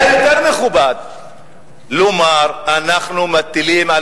היה יותר מכובד לומר: אנחנו מטילים על